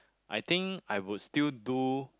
I think I would still do